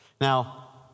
Now